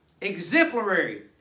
Exemplary